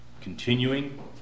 continuing